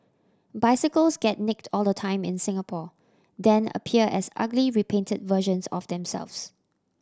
bicycles get nicked all the time in Singapore then appear as ugly repainted versions of themselves